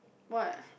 what